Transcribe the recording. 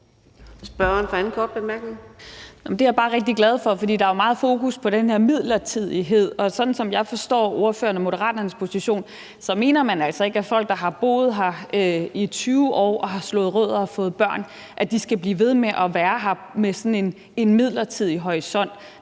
Det er jeg bare rigtig glad for. For der er meget fokus på den her midlertidighed. Og sådan som jeg forstår ordføreren og Moderaternes position, mener man altså ikke, at folk, der har boet her i 20 år og har slået rødder og fået børn, skal blive ved med at være her med sådan en midlertidig horisont.